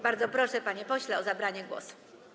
Bardzo proszę, panie pośle, o zabranie głosu.